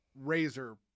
razor